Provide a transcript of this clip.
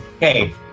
Hey